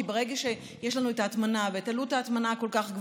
כי ברגע שיש ההטמנה ועלות ההטמנה הגבוהה כל כך,